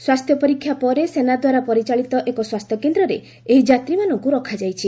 ସ୍ୱାସ୍ଥ୍ୟ ପରୀକ୍ଷା ପରେ ସେନା ଦ୍ୱାରା ପରିଚାଳିତ ଏକ ସ୍ୱାସ୍ଥ୍ୟକେନ୍ଦ୍ରରେ ଏହି ଯାତ୍ରୀମାନଙ୍କୁ ରଖାଯାଇଛି